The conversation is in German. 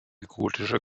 gotische